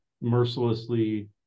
mercilessly